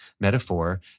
metaphor